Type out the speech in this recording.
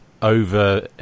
over